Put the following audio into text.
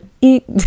eat